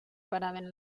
paraven